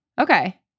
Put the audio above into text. okay